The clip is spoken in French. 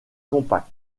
compact